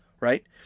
Right